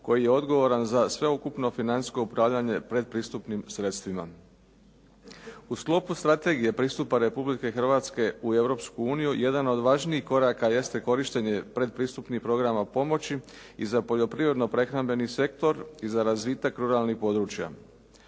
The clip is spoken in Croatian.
koji je odgovoran za sveukupno financijsko upravljanje pretpristupnim sredstvima. U sklopu strategije pristupa Republike Hrvatske u Europsku uniju, jedan od važnijih koraka jeste korištenje pretpristupnih programa pomoći i za poljoprivredno prehrambeni sektor i za razvitak ruralnih područja.